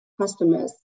customers